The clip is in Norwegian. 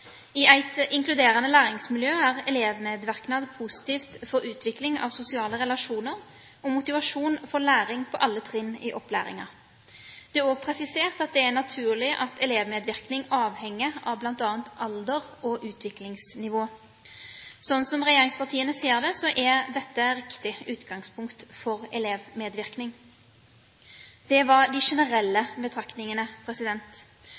I eit inkluderande læringsmiljø er elevmedverknad positivt for utviklinga av sosiale relasjonar og motivasjon for læring på alle trinn i opplæringa.» Det er også presisert at det er naturlig at elevmedvirkning avhenger av bl.a. alder og utviklingsnivå. Slik regjeringspartiene ser det, er dette et riktig utgangspunkt for elevmedvirkning. Det var